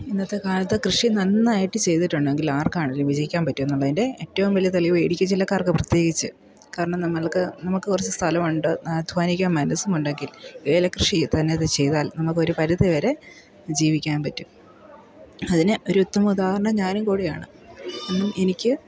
ഇന്നത്തെ കാലത്ത് കൃഷി നന്നായിട്ട് ചെയ്തിട്ടുണ്ടെങ്കിലാർക്കാണെങ്കിലും വിജയിക്കാൻ പറ്റും എന്നുള്ളതിൻ്റെ ഏറ്റവും വലിയ തെളിവ് ഇടുക്കി ജില്ലക്കാർക്ക് പ്രത്യേകിച്ച് കാരണം നമ്മൾക്ക് നമുക്ക് കുറച്ച് സ്ഥലം ഉണ്ട് അധ്വാനിക്കാൻ മനസ്സുമുണ്ടെങ്കിൽ ഏലകൃഷി തന്നത് ചെയ്താൽ നമുക്ക് ഒരു പരിധിവരെ ജീവിക്കാൻ പറ്റും അതിന് ഒരു ഉത്തമ ഉദാഹരണം ഞാനും കൂടിയാണ് കാരണം എനിക്ക്